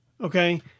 Okay